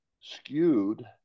skewed